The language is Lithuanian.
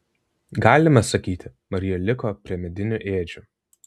galima sakyti marija liko prie medinių ėdžių